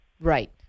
Right